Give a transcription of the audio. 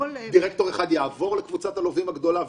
דירקטור אחד יעבור לקבוצת הלווים הגדולה,